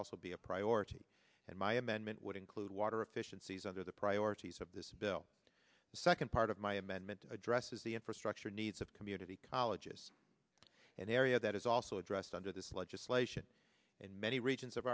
also be a priority and my amendment would include water efficiencies under the priorities of this bill the second part of my amendment addresses the infrastructure needs of community colleges and the area that is also addressed under this legislation in many regions of